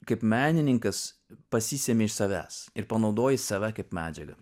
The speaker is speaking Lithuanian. kaip menininkas pasisemi iš savęs ir panaudoji save kaip medžiagą